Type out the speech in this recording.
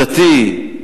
הדתי,